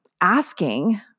asking